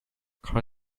car